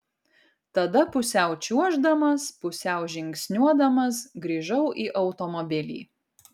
tada pusiau čiuoždamas pusiau žingsniuodamas grįžau į automobilį